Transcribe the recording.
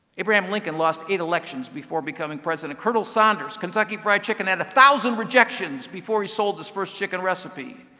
abraham lincoln lost eight elections before becoming president. colonel saunders, kentucky fried chicken, had a thousand rejections before he sold his first chicken recipe.